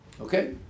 Okay